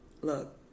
look